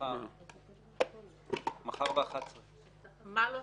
מכיוון שזה התפקיד שלו.